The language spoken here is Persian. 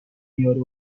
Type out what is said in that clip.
میاره